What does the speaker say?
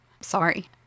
Sorry